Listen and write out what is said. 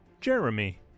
Jeremy